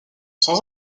sans